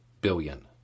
billion